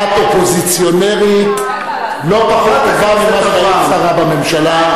את אופוזיציונרית לא פחות טובה ממה שהיית שרה בממשלה.